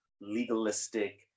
legalistic